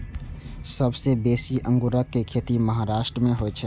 सबसं बेसी अंगूरक खेती महाराष्ट्र मे होइ छै